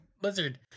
Blizzard